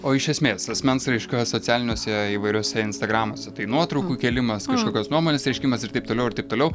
o iš esmės asmens raiška socialiniuose įvairiuose instagramuos tai nuotraukų įkėlimas kažkokios nuomonės reiškimas ir taip toliau ir taip toliau